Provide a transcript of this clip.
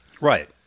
Right